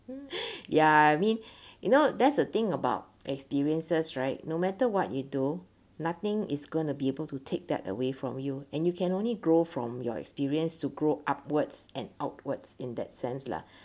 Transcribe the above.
um ya I mean you know that's a thing about experiences right no matter what you do nothing is gonna be able to take that away from you and you can only grow from your experience to grow upwards and outwards in that sense lah